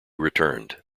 returned